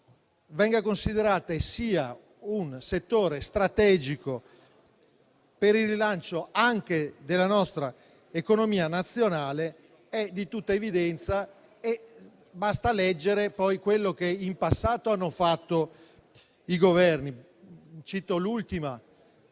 vengano considerati - e siano - un settore strategico per il rilancio anche della nostra economia nazionale, è di tutta evidenza e basta leggere quello che in passato hanno fatto i Governi. [**Presidenza